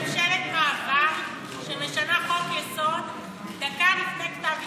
אתם ממשלת מעבר שמשנה חוק-יסוד דקה לפני כתב אישום.